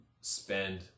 spend